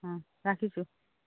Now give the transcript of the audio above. অ ৰাখিছোঁ